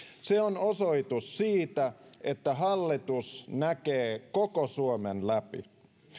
se on osoitus siitä että hallitus näkee koko suomen läpi